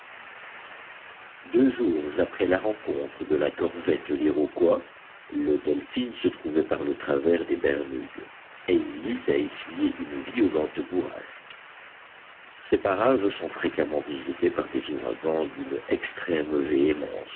deux jours après la rencontre de la corvette l'iroquois le delphin se trouvait par le travers des bermudes et il eut à essuyer une violente bourrasque ces parages sont fréquemment visités par des ouragans d'une extrême